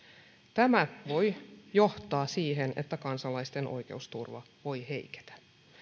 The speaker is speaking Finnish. tämä voi johtaa siihen että kansalaisten oikeusturva voi heiketä